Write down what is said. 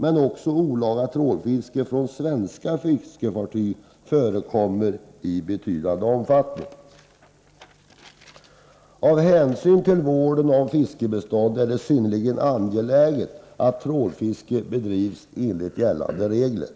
Men också olaga trålfiske från svenska fiskefartyg förekommer i betydande omfattning. Med hänsyn till vården av fiskbeståndet är det synnerligen angeläget att trålfiske bedrivs enligt gällande regler.